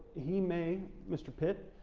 he may, mr. pitt,